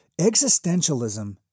existentialism